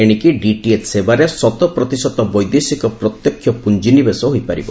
ଏଣିକି ଡିଟିଏଚ୍ ସେବାରେ ଶତପ୍ରତିଶତ ବୈଦେଶିକ ପ୍ରତ୍ୟକ୍ଷ ପୁଞ୍ଜିନିବେଶ ହୋଇପାରିବ